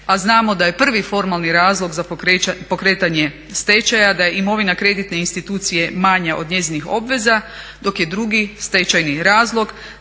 a znamo da je prvi formalni razlog za pokretanje stečaja da je imovina kreditne institucije manja od njezinih obveza dok je drugi stečajni razlog